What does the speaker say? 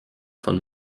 von